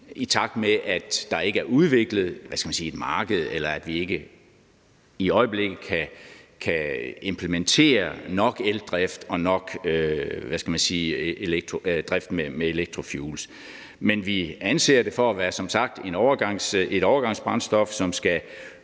i takt med at der ikke er udviklet et marked, eller at der i øjeblikket ikke kan implementeres nok eldrift og nok drift med electrofuels. Vi anser det som sagt for at være et overgangsbrændstof, som skal